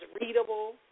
readable